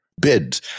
bid